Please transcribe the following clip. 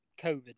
COVID